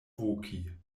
voki